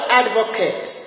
advocate